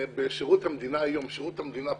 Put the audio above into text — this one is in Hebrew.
בשירות המדינה היום, שירות המדינה פרופר,